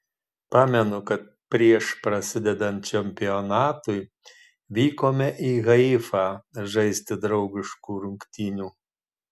pamenu kad prieš prasidedant čempionatui vykome į haifą žaisti draugiškų rungtynių